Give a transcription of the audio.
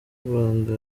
rwanda